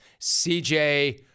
CJ